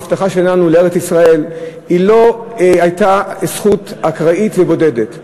ההבטחה שלנו לארץ-ישראל לא הייתה זכות אקראית ובודדת.